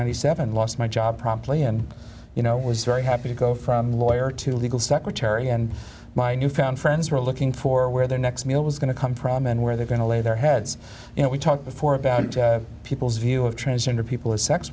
and seven lost my job promptly and you know it was very happy to go from lawyer to legal secretary and my newfound friends were looking for where their next meal was going to come from and where they're going to lay their heads you know we talked before about people's view of transgender people as sex